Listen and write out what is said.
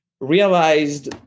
realized